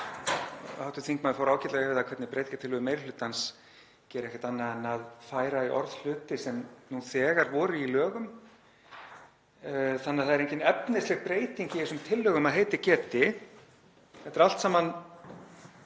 Hv. þingmaður fór ágætlega yfir það hvernig breytingartillögur meiri hlutans gera ekkert annað en að færa í orð hluti sem nú þegar eru í lögum þannig að það er engin efnisleg breyting í þessum tillögum að heitið getur. Þetta er allt saman